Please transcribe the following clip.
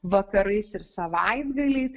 vakarais ir savaitgaliais